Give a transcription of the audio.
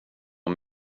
var